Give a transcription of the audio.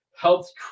helped